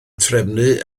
trefnu